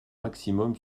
maximum